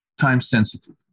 time-sensitive